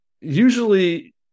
usually